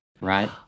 right